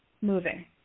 moving